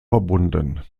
verbunden